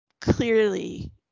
clearly